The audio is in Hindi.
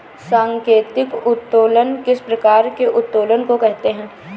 सांकेतिक उत्तोलन किस प्रकार के उत्तोलन को कहते हैं?